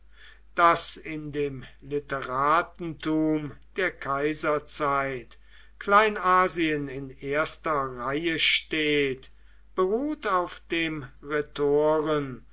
daß in dem literatentum der kaiserzeit kleinasien in erster reihe steht beruht auf dem rhetoren